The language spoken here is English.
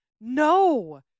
No